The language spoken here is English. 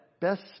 best